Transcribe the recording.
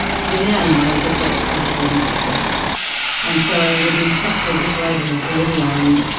we now know that that's probably not true and so we've been stuck with this label of borderline.